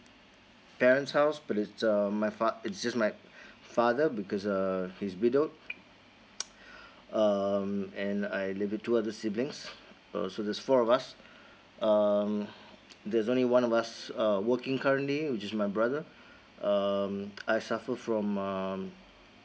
parent's house but its um my far~ it's just my father because uh he's widowed um and I live with two other siblings also there's four of us um there's only one of us uh working currently which my brother um I suffer from um